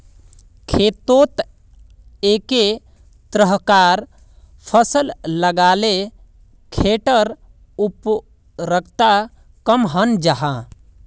खेतोत एके तरह्कार फसल लगाले खेटर उर्वरता कम हन जाहा